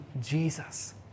Jesus